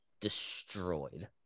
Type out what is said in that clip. destroyed